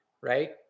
right